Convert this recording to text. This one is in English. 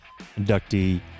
inductee